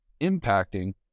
impacting